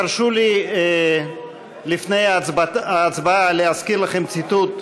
תרשו לי לפני ההצבעה להזכיר לכם ציטוט,